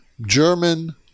German